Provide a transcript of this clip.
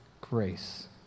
Grace